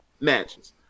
matches